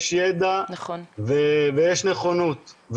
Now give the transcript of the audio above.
יש ידע ויש נכונות,